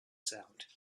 sound